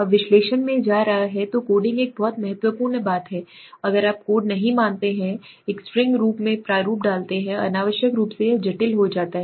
अब विश्लेषण में जा रहा है तो कोडिंग एक बहुत महत्वपूर्ण बात है अगर आप कोड नहीं मानते हैं एक स्ट्रिंग प्रारूप में डाल दिया है अनावश्यक रूप से यह जटिल हो जाता है